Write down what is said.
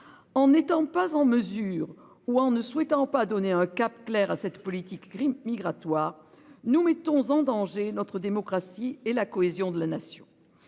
En n'étant pas en mesure ou en ne souhaitant pas donner un cap clair à cette politique Grimm migratoire. Nous mettons en danger notre démocratie et la cohésion de la nation.